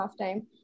halftime